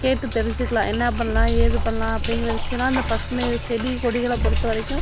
கேட்டு தெரிஞ்சுக்கலாம் என்ன பண்ணலாம் ஏது பண்ணலாம் அப்படிங்கிற விஷயம்லாம் அந்த பசுமை செடி கொடிகளை பொறுத்தவரைக்கும்